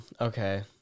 okay